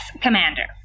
Commander